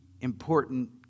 important